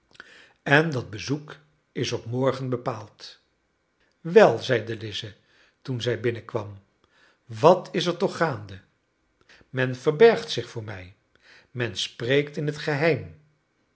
en dat bezoek is op morgen bepaald wel zeide lize toen zij binnenkwam wat is er toch gaande men verbergt zich voor mij men spreekt in het geheim